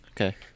Okay